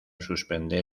suspender